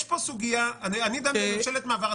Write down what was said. אני דן בממשלת מעבר.